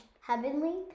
Heavenly